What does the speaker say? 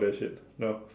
that shit no